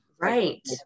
Right